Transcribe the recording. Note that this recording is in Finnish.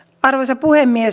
arvoisa puhemies